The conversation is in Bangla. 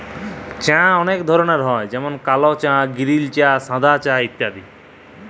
চাঁ অলেক ধরলের হ্যয় যেমল কাল চাঁ গিরিল চাঁ সাদা চাঁ ইত্যাদি